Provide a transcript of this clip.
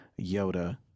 yoda